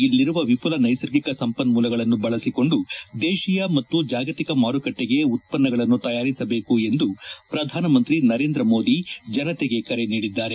ಇಲ್ಲಿರುವ ವಿಘುಲ ನೈಸರ್ಗಿಕ ಸಂಪನ್ನೂಲಗಳನ್ನು ಬಳಸಿಕೊಂಡು ದೇತೀಯ ಮತ್ತು ಜಾಗತಿಕ ಮಾರುಕಟ್ಟೆಗೆ ಉತ್ಪನ್ನಗಳನ್ನು ತಯಾರಿಸಬೇಕು ಎಂದು ಪ್ರಧಾನಮಂತ್ರಿ ನರೇಂದ್ರ ಮೋದಿ ಜನತೆಗೆ ಕರೆ ನೀಡಿದರು